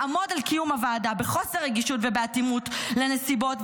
לעמוד על קיום הוועדה בחוסר רגישות ובאטימות לנסיבות,